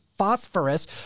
phosphorus